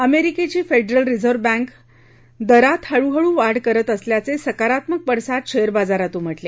अमेरिकेची Federal Reserve Bank दरात हळूहळू वाढ करत असल्याचे सकारात्मक पडसाद शेअर बाजारात उमटले